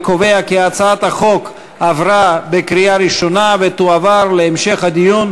אני קובע כי הצעת החוק עברה בקריאה ראשונה ותועבר להמשך הדיון,